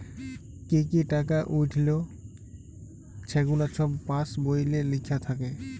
কি কি টাকা উইঠল ছেগুলা ছব পাস্ বইলে লিখ্যা থ্যাকে